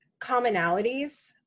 commonalities